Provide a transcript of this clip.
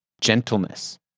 gentleness